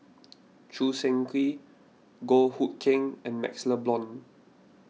Choo Seng Quee Goh Hood Keng and MaxLe Blond